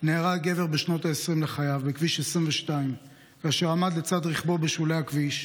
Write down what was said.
נהרג גבר בשנות העשרים לחייו בכביש 22 כאשר עמד לצד רכבו בשולי הכביש.